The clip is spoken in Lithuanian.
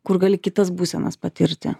kur gali kitas būsenas patirti